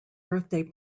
birthday